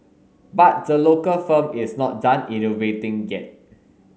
but the local firm is not done innovating get